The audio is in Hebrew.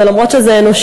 וגם אם זה אנושי,